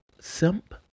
simp